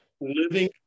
living